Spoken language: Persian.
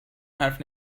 حرف